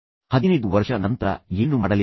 15 ವರ್ಷಗಳ ನಂತರ ನೀವು ಏನು ಮಾಡಲಿದ್ದೀರಿ